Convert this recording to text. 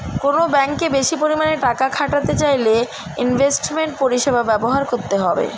কোনো ব্যাঙ্কে বেশি পরিমাণে টাকা খাটাতে চাইলে ইনভেস্টমেন্ট পরিষেবা ব্যবহার করতে হবে